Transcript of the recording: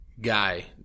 guy